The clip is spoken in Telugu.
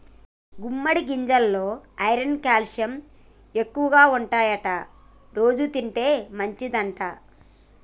గుమ్మడి గింజెలల్లో ఐరన్ క్యాల్షియం ఎక్కువుంటాయట రోజు తింటే మంచిదంట